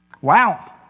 Wow